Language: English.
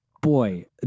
boy